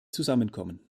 zusammenkommen